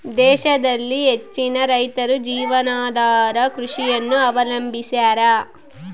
ದೇಶದಲ್ಲಿ ಹೆಚ್ಚಿನ ರೈತರು ಜೀವನಾಧಾರ ಕೃಷಿಯನ್ನು ಅವಲಂಬಿಸ್ಯಾರ